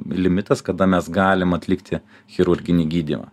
limitas kada mes galim atlikti chirurginį gydymą